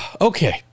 Okay